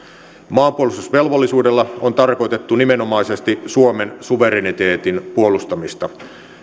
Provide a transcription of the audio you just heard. maanpuolustusvelvollisuudella on tarkoitettu nimenomaisesti suomen suvereniteetin puolustamista